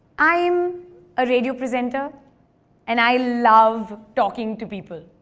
i'm a radio presenter and i love talking to people.